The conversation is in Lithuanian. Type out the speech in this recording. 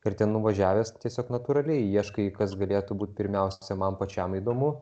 ir ten nuvažiavęs tiesiog natūraliai ieškai kas galėtų būti pirmiausia man pačiam įdomu